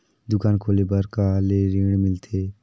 दुकान खोले बार कहा ले ऋण मिलथे?